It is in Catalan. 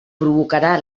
provocarà